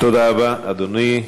תודה רבה, אדוני.